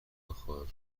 خواهم